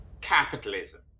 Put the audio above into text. capitalism